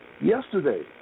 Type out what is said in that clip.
Yesterday